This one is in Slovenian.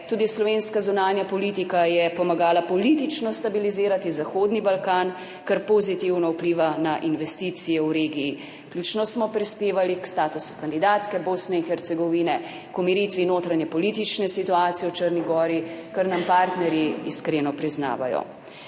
Tudi slovenska zunanja politika je pomagala politično stabilizirati Zahodni Balkan, kar pozitivno vpliva na investicije v regiji. Ključno smo prispevali k statusu kandidatke Bosne in Hercegovine, k umiritvi notranjepolitične situacije v Črni gori, kar nam partnerji iskreno priznavajo.